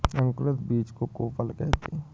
अंकुरित बीज को कोपल कहते हैं